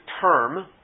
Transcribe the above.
term